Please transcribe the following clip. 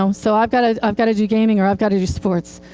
um so i've got ah i've got to do gaming, or i've got to do sports.